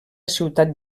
ciutat